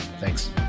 Thanks